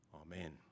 Amen